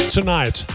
Tonight